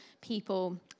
people